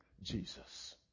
Jesus